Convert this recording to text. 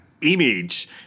image